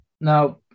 now